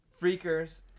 freakers